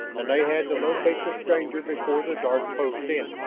and they had to locate the stranger before the dark closed in.